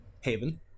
Haven